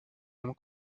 homme